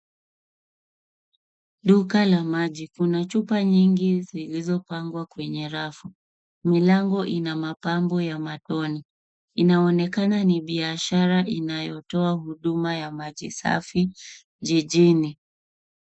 Duka la maji. Kuna chupa nyingi zilizopangwa kwenye rafu. Milango ina mapambo ya matone. Inaonekana ni biashara inayotoa huduma ya maji safi jijini.